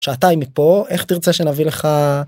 שעתיים מפה איך תרצה שנביא לך.